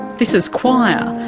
this is qwire.